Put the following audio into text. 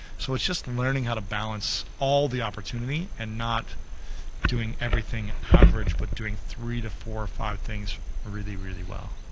so it's just learning how to balance all the opportunity and not doing everything average but doing three to four, five things really, really well.